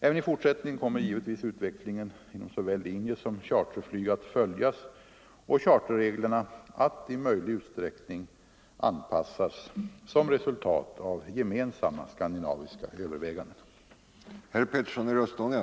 Även i fortsättningen kommer givetvis utvecklingen inom såväl linjesom charterflyg att följas och charterreglerna att i möjlig utsträckning anpassas som resultat av gemensamma skandinaviska överväganden.